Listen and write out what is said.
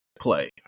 play